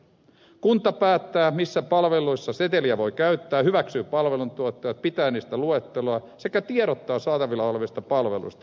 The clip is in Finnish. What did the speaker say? kunta päättää missä palveluissa seteliä voi käyttää hyväksyy palveluntuottajat pitää niistä luetteloa sekä tiedottaa saatavilla olevista palveluista